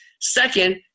Second